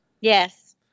Yes